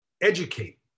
educate